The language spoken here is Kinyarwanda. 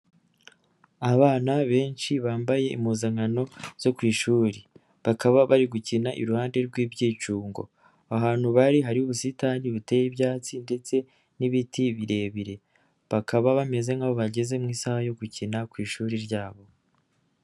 Abana benshi bambaye impuzankano zo ku ishuri bakaba bari gukina iruhande rw'ibyicungo, ahantu bari hari ubusitani buteye ibyatsi ndetse n'ibiti birebire bakaba bameze nk'aho bageze mu isaha yo gukina ku ishuri ryabo.